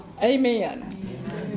Amen